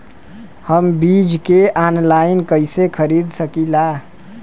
हम बीज के आनलाइन कइसे खरीद सकीला?